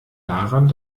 daran